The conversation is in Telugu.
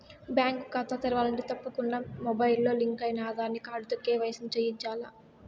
బ్యేంకు కాతా తెరవాలంటే తప్పకుండా మొబయిల్తో లింకయిన ఆదార్ కార్డుతో కేవైసీని చేయించాల్ల